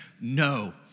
No